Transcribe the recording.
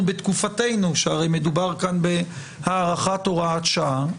בתקופתנו שהרי מדובר כאן בהארכת הוראת שעה.